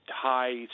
high